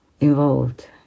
involved